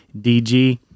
dg